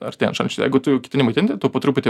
artėjant šalčiui jeigu tu jau ketini maitinti to po truputį